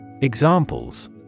Examples